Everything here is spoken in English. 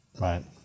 Right